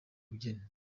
ubugeni